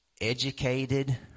educated